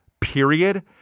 period